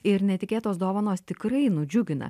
ir netikėtos dovanos tikrai nudžiugina